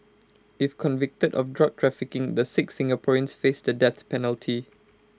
if convicted of drug trafficking the six Singaporeans face the death penalty